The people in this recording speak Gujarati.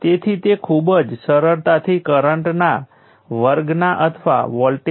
તેથી જ્યારે તે ચોથા ક્વોડ્રન્ટમાં કાર્યરત હોય ત્યારે તે પેસિવ નથી જે થોડા ઉદાહરણો જોઈને આ સ્પષ્ટ થશે